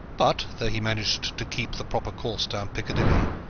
but, though he managed to keep the proper course down piccadilly,